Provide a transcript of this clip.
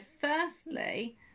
firstly